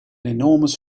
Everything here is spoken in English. enormous